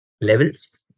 levels